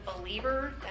believer